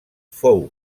fou